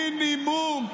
מינימום,